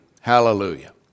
hallelujah